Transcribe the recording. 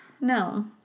No